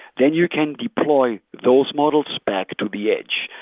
then you can deploy those models back to the edge.